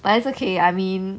but it's okay I mean